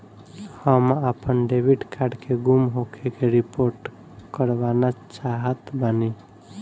हम आपन debit card के गुम होखे के रिपोर्ट करवाना चाहत बानी